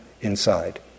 inside